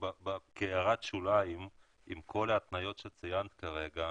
עם כל ההתניות שציינת כרגע,